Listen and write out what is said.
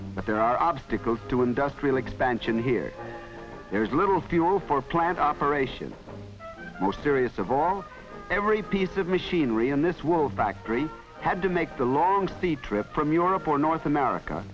but there are obstacles to industrial expansion here there is little fuel for plant operation most serious of all every piece of machinery in this world factory had to make the long the trip from europe or north america